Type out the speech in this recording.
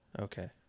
Okay